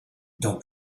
dont